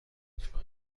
لطفا